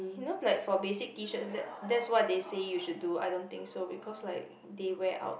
you know like for basic tee shirts that that's what they say you should do I don't think so because like they wear out